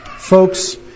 Folks